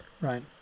right